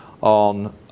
on